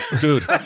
Dude